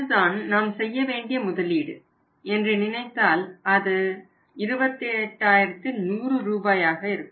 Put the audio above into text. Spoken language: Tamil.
இது தான் நாம் செய்ய வேண்டிய முதலீடு என்று நினைத்தால் அது 28100 ரூபாயாக இருக்கும்